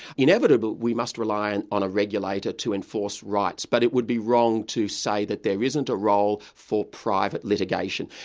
inevitably we must rely and on a regulator to enforce rights, but it would be wrong to say that there isn't a role for private litigation.